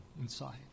inside